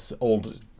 old